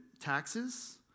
taxes